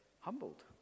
humbled